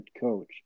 coach